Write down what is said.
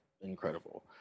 incredible